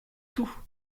tout